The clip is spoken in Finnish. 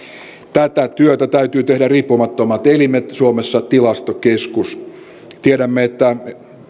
tätä työtä täytyy tehdä riippumattomien elinten suomessa tilastokeskuksen tiedämme että